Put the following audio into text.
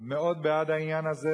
בעד העניין הזה,